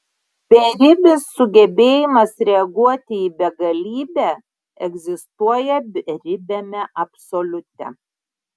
beribis sugebėjimas reaguoti į begalybę egzistuoja beribiame absoliute